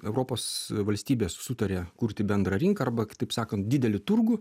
europos valstybės sutarė kurti bendrą rinką arba kitaip sakant didelį turgų